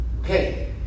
okay